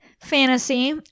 fantasy